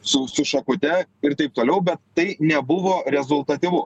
su su šakute ir taip toliau bet tai nebuvo rezultatyvu